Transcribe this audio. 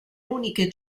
uniche